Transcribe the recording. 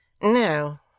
No